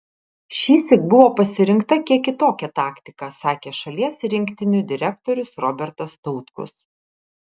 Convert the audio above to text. šįsyk buvo pasirinkta kiek kitokia taktika sakė šalies rinktinių direktorius robertas tautkus